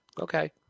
Okay